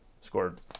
scored